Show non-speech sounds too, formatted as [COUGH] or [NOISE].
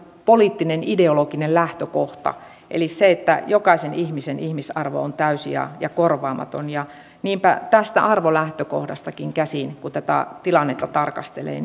poliittinen ideologinen lähtökohta eli jokaisen ihmisen ihmisarvo on täysi ja ja korvaamaton niinpä tästä arvolähtökohdastakin käsin kun tätä tilannetta tarkastelee [UNINTELLIGIBLE]